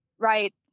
Right